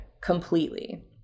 completely